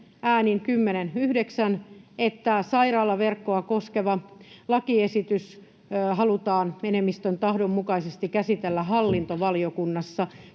äänin 10—9 siihen, että sairaalaverkkoa koskeva lakiesitys halutaan enemmistön tahdon mukaisesti käsitellä hallintovaliokunnassa,